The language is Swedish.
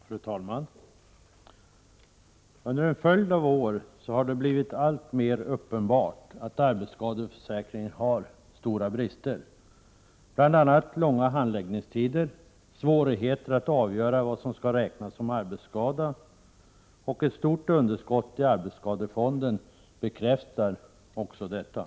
Fru talman! Under en följd av år har det blivit alltmer uppenbart att arbetsskadeförsäkringen har stora brister. Det handlar bl.a. om långa handläggningstider och om svårigheter när det gäller att avgöra vad som skall räknas som arbetsskada. Ett stort underskott i arbetsskadefonden bekräftar också detta.